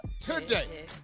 today